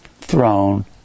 throne